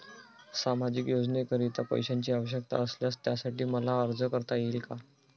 सामाजिक योजनेकरीता पैशांची आवश्यकता असल्यास त्यासाठी मला अर्ज करता येईल का?